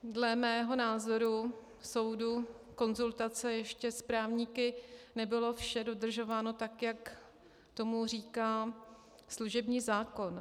Dle mého názoru, soudu, konzultace ještě s právníky nebylo vše dodržováno tak, jak říká služební zákon.